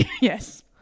yes